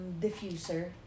diffuser